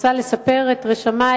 רוצה לספר את רשמי